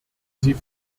sie